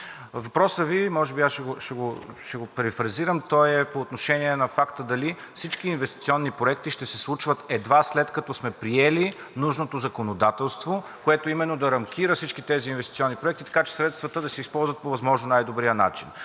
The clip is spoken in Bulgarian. Въпросът Ви може би, аз ще го перифразирам, той е по отношение на факта дали всички инвестиционни проекти ще се случват едва след като сме приели нужното законодателство, което именно да рамкира всички тези инвестиционни проекти, така че средствата да се използват по възможно най-добрия начин.